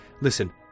Listen